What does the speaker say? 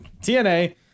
TNA